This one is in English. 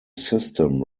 system